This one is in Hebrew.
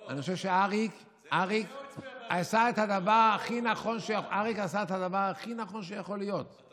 אני חושב שאריק עשה את הדבר הכי נכון שיכול להיות,